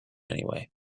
anyway